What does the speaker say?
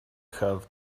have